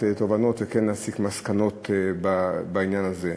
תובנות וכן להסיק מסקנות בעניין הזה.